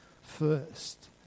first